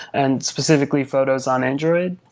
and specifically photos on android.